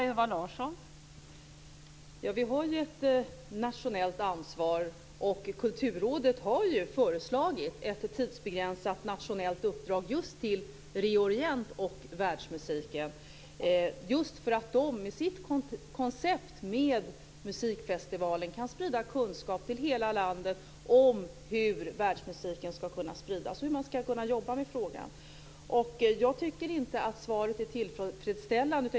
Fru talman! Vi har ju ett nationellt ansvar. Kulturrådet har föreslagit ett tidsbegränsat nationellt uppdrag till Re:Orient och världsmusiken just för att de med sitt koncept med musikfestivalen kan sprida kunskap till hela landet om hur världsmusiken ska kunna spridas och hur man ska kunna jobba med frågan. Jag tycker inte att svaret är tillfredsställande.